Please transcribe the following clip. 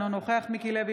אינו נוכח מיקי לוי,